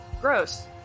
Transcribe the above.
Gross